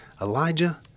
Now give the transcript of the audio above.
Elijah